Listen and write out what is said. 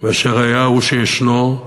ואשר היה הוא שישנו.